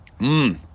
mmm